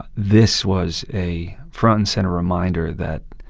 this was a front-and-center reminder that